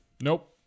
Nope